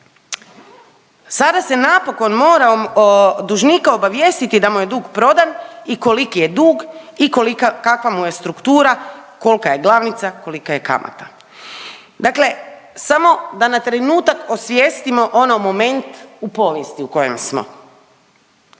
sada se napokon mora dužnika obavijestiti da mu je dug prodan i koliki je dug i kolika, kakva mu je struktura, kolka je glavnica, kolika je kamata. Dakle samo da na trenutak osvijestimo ono moment u povijesti u kojem smo,